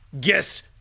guess